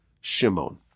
Shimon